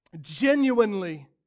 genuinely